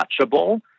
touchable